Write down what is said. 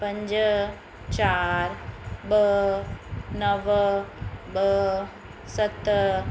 पंज चार ॿ नव ॿ सत